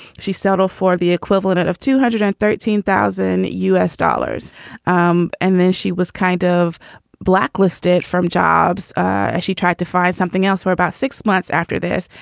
she settled for the equivalent of two hundred and thirteen thousand u s. dollars um and then she was kind of blacklisted from jobs as ah she tried to find something elsewhere about six months after this.